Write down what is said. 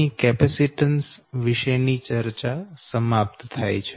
અહી કેપેસીટન્સ વિષેની ચર્ચા સમાપ્ત થાય છે